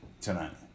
tonight